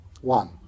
One